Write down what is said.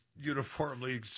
uniformly